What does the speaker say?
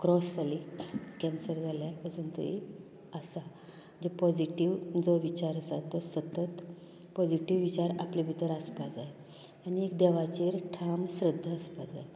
cross जालीं cancer जाल्यार अजून तरी आसा जो पोजिटिव्ह जो विचार आसा तो सतत पोजिटिव्ह विचार आपल्या भितर आसपाक जाय आनीक एक देवांचेर ठाम श्रध्दा आसपाक जाय